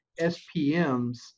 SPMs